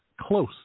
close